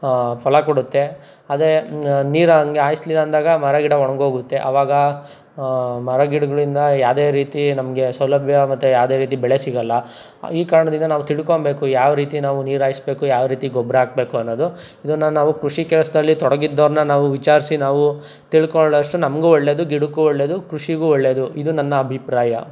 ಫಲ ಕೊಡುತ್ತೆ ಅದೇ ನೀರು ಹಂಗೆ ಹಾಯಿಸ್ಲಿಲ್ಲ ಅಂದಾಗ ಮರ ಗಿಡ ಒಣಗೋಗುತ್ತೆ ಆವಾಗ ಮರ ಗಿಡಗಳಿಂದ ಯಾವುವಿದೆ ರೀತಿ ನಮಗೆ ಸೌಲಭ್ಯ ಮತ್ತು ಯಾವುದೇ ರೀತಿ ಬೆಳೆ ಸಿಗಲ್ಲ ಈ ಕಾರಣದಿಂದ ನಾವು ತಿಳ್ಕೊಬೇಕು ಯಾವ ರೀತಿ ನಾವು ನೀರು ಹಾಯ್ಸ್ಬೇಕು ಯಾವ ರೀತಿ ಗೊಬ್ಬರ ಹಾಕಬೇಕು ಅನ್ನೋದು ಇದನ್ನು ನಾವು ಕೃಷಿ ಕೆಲಸದಲ್ಲಿ ತೊಡಗಿದ್ದೋರನ್ನ ನಾವು ವಿಚಾರಿಸಿ ನಾವು ತಿಳ್ಕೊಳಷ್ಟು ನಮಗೂ ಒಳ್ಳೆಯದು ಗಿಡಕ್ಕೂ ಒಳ್ಳೆಯದು ಕೃಷಿಗೂ ಒಳ್ಳೆಯದು ಇದು ನನ್ನ ಅಭಿಪ್ರಾಯ